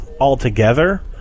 altogether